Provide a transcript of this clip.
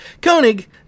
Koenig